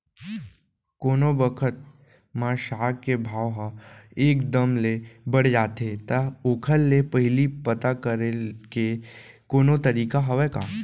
कोनो बखत म साग के भाव ह एक दम ले बढ़ जाथे त ओखर ले पहिली पता करे के कोनो तरीका हवय का?